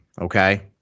okay